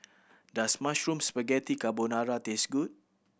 does Mushroom Spaghetti Carbonara taste good